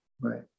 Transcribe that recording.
Right